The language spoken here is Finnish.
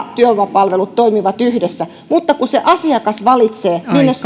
palvelut ja työvoimapalvelut toimivat yhdessä mutta kun asiakas valitsee